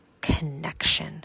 connection